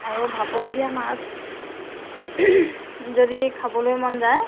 আৰু ভাপত দিয়া মাছ যদি খাবলৈ মন যায়